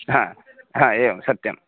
हा हा एवं सत्यं